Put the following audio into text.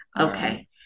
Okay